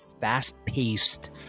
fast-paced